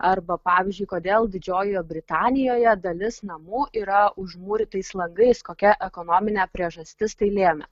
arba pavyzdžiui kodėl didžiojoje britanijoje dalis namų yra užmūrytais langais kokia ekonominė priežastis tai lėmė